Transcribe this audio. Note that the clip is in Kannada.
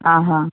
ಆ ಹಾಂ